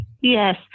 yes